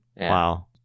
Wow